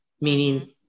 meaning